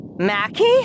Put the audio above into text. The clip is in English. Mackie